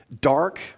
dark